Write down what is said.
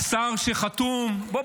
השר שחתום ------ בוא,